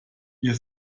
ihr